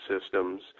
systems